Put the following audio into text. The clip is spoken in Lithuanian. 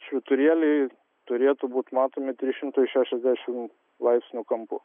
švyturėlaui turėtų būti matomi trys šimtai šešiasdešimt laipsnių kampu